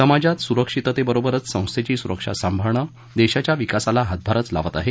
समाजात स्रक्षिततेबरोबरच संस्थेची स्रक्षा सांभाळणं देशाच्या विकासाला हातभारच लावत आहे